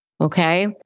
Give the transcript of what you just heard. Okay